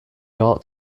ought